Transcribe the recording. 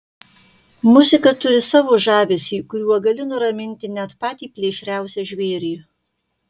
muzika turi savo žavesį kuriuo gali nuraminti net patį plėšriausią žvėrį